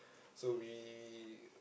so we